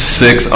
six